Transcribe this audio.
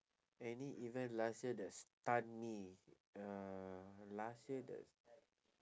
any event last year that stun me uh last year that